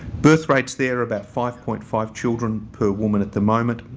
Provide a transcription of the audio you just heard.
birth rates there are about five point five children per woman at the moment.